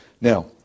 Now